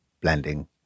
blending